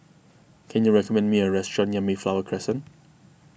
can you recommend me a restaurant near Mayflower Crescent